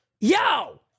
yo